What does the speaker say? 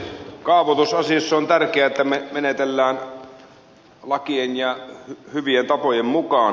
kaavoitusasioissa on tärkeää että me menettelemme lakien ja hyvien tapojen mukaan